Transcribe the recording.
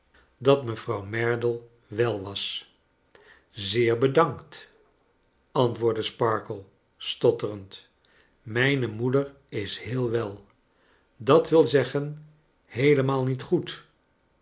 dat mevrouw merdle wel was zeer bedankt antwoordde sparkler stotterend mijne moeder is heel wel d w z heelemaal niet goed